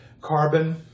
carbon